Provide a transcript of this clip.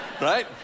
Right